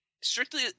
strictly